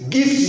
Give